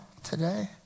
today